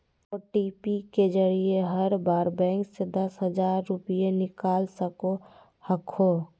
OTP के जरिए हर बार बैंक से दस हजार रुपए निकाल सको हखो